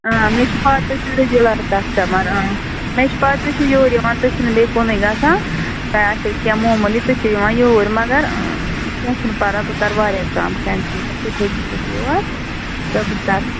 مےٚ چھُ پَے تُہۍ چھُو ریگیٛوٗلَر کَسٹٕمَر مےٚ چھِ پَے تُہۍ چھُو یور یِوان تُہۍ چھُنہٕ بیٚیہِ کُنُے گژھان تۄہہِ آسٮ۪و کیٚنٛہہ معموٗلی تُہۍ چھِ یِوان یوٗرۍ مگر کیٚنٛہہ چھُنہٕ پَرواے بہٕ کَرٕ واریاہ کَم کَنٛسیٚشَن تُہۍ ہیٚکِو یِتھ یور تہٕ بہٕ کَرٕ